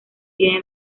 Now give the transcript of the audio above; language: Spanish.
tiene